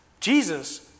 Jesus